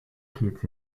kids